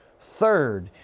Third